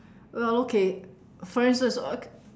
well okay for instance okay